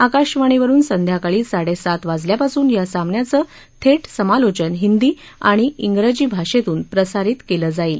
आकाशवाणीवरून संध्याकाळी साडेसात वाजल्यापासून या सामन्याचं थेट समलोचन हिंदी आणि इंग्रजी भाषेतून प्रसारीत केलं जाईल